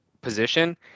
position